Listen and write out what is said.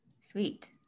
Sweet